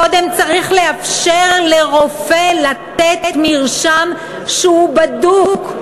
קודם צריך לאפשר לרופא לתת מרשם שהוא בדוק,